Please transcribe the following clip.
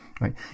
right